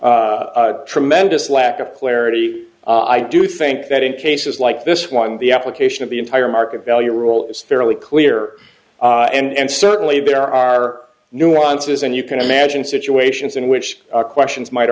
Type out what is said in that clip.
a tremendous lack of clarity i do think that in cases like this one the application of the entire market value rule is fairly clear and certainly there are nuances and you can imagine situations in which questions might